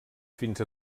fins